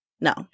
No